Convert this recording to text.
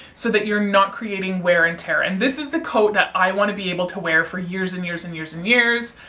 so that you are not creating wear and tear. this is a coat that i want to be able to wear for years and years and years and years.